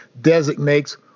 designates